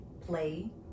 play